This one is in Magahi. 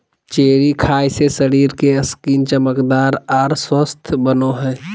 चेरी खाय से शरीर के स्किन चमकदार आर स्वस्थ बनो हय